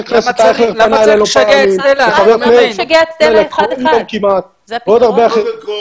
הכנסת אייכלר פנה אלי כמה פעמים וחבר הכנסת --- ועוד הרבה אחרים.